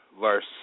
verse